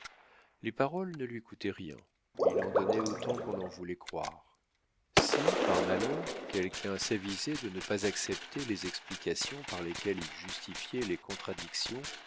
les paroles ne lui coûtaient rien il en donnait autant qu'on en voulait croire si par malheur quelqu'un s'avisait de ne pas accepter les explications par lesquelles il justifiait les contradictions